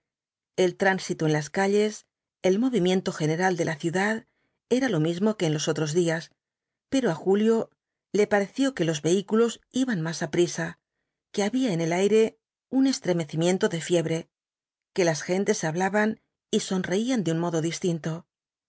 el tránsito en las calles el movimiento general de la ciudad era lo mismo que en los otros días pero á julio le pareció que los vehículos iban más aprisa que había en el aire un estremecimiento de fiebre que las gentes hablaban y sonreían de un modo distinto